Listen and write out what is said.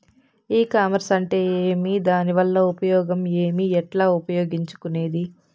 ఈ కామర్స్ అంటే ఏమి దానివల్ల ఉపయోగం ఏమి, ఎట్లా ఉపయోగించుకునేది?